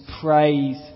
praise